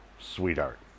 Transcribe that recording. Sweetheart